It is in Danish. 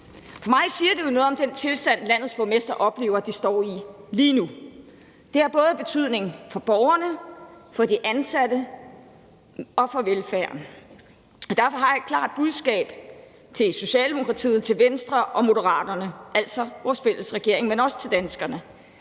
Mig siger det jo noget om den tilstand, landets borgmestre oplever de står i lige nu. Det har både betydning for borgerne, for de ansatte og for velfærden. Og derfor har jeg et klart budskab til Socialdemokratiet, til Venstre og til Moderaterne, altså til vores fælles regering, men også til danskerne.